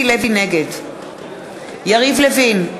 נגד יריב לוין,